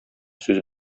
сүз